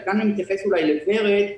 כאן אני מתייחס אולי ל-ורד בר.